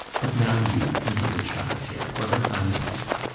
but now you can be the child here, for the time being.